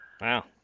Wow